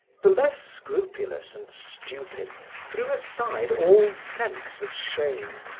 the less scrupulous and stupid threw aside all sense of shame.